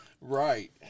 Right